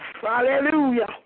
Hallelujah